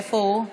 איפה הוא?